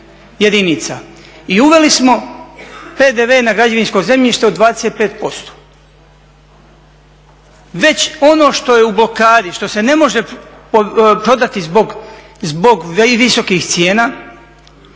i uveli smo PDV na građevinsko zemljište od 25%. Već ono što je u blokadi, što se ne može prodati zbog visokih cijena,